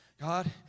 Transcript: god